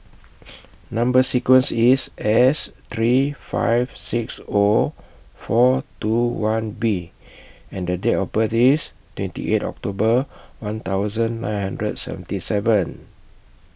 Number sequence IS S three five six Zero four two one B and The Date of birth IS twenty eight October one thousand nine hundred seventy seven